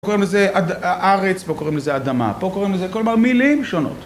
פה קוראים לזה ארץ, פה קוראים לזה אדמה, פה קוראים לזה... כלומר מילים שונות